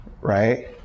right